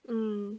mm